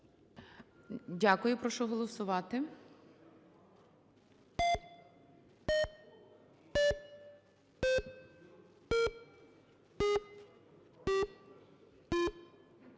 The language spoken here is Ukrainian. Дякую. Прошу голосувати.